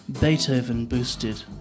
Beethoven-boosted